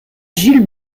gilles